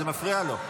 וזה מפריע לו.